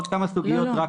עוד כמה סוגיות --- לא,